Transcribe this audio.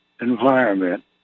environment